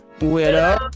Widow